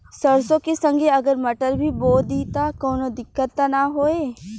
सरसो के संगे अगर मटर भी बो दी त कवनो दिक्कत त ना होय?